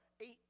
eight